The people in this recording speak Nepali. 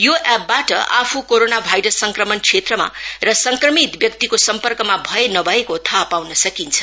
यो एप् ाट आफू कोरोना भाइरस संक्रमण क्षेत्रमा र संक्रमित व्यक्तिको सम्पर्कमा भए नभएको थाहा पाउन सकिन्छ